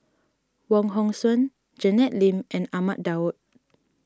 Wong Hong Suen Janet Lim and Ahmad Daud